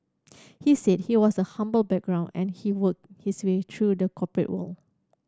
he said he was a humble background and he worked his way through the corporate world